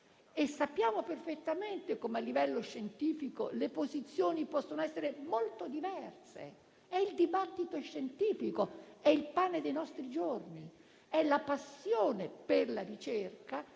Sappiamo perfettamente come, a livello scientifico, le posizioni possono essere molto diverse: è il dibattito scientifico; è il pane dei nostri giorni. La passione per la ricerca,